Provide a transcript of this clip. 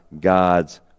God's